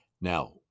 Now